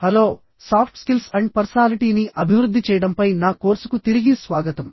hello soft skills and పర్సనాలిటీని అభివృద్ధి చేయడంపై నా కోర్సుకు తిరిగి స్వాగతం